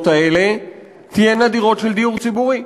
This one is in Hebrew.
האלה תהיינה דירות של דיור ציבורי.